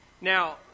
Now